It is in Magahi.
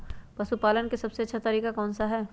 पशु पालन का सबसे अच्छा तरीका कौन सा हैँ?